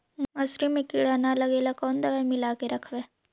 मसुरी मे किड़ा न लगे ल कोन दवाई मिला के रखबई?